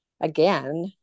again